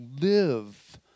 live